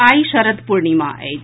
आई शरद पूर्णिमा अछि